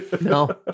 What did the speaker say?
No